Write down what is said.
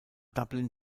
dublin